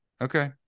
okay